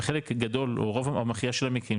בחלק גדול או רוב המכריע של המקרים,